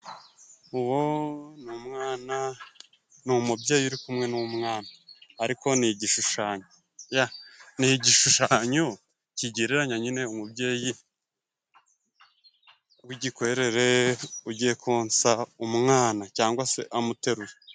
Uwo ni umwana . Ni umubyeyi uri kumwe n'umwana . Ariko ni igishushanyo, ni igishushanyo kigereranya nyine umubyeyi w'igikwerere ugiye konsa umwana cyangwa se amuteruye.